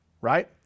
right